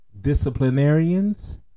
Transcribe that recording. disciplinarians